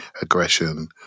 aggression